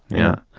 yeah.